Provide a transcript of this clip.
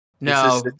No